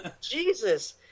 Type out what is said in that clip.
Jesus